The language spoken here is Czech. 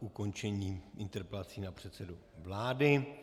ukončení interpelací na předsedu vlády.